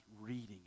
reading